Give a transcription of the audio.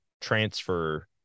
transfer